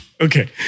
okay